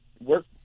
work